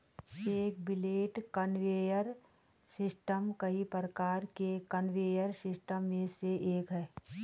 एक belt conveyor system कई प्रकार के कन्वेयर सिस्टम में से एक है